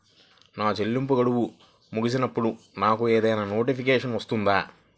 నా చెల్లింపు గడువు ముగిసినప్పుడు నాకు ఏదైనా నోటిఫికేషన్ వస్తుందా?